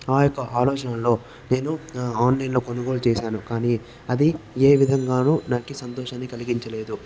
ఆ యొక్క ఆలోచనలలో నేను ఆన్లైన్ లో కొనుగోలు చేశాను కానీ అది ఏ విధంగాను నాకు సంతోషాన్ని కలిగించలేదు